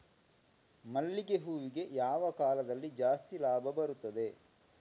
ಮಲ್ಲಿಗೆ ಹೂವಿಗೆ ಯಾವ ಕಾಲದಲ್ಲಿ ಜಾಸ್ತಿ ಲಾಭ ಬರುತ್ತದೆ?